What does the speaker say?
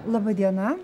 laba diena